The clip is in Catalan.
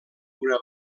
una